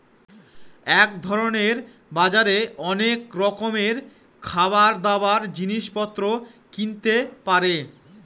এক ধরনের বাজারে অনেক রকমের খাবার, দাবার, জিনিস পত্র কিনতে পারে